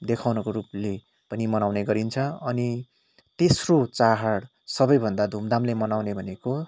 देखाउनुको रूपले पनि मनाउने गरिन्छ अनि तेस्रो चाड सबैभन्दा धुमधामले मनाउने भनेको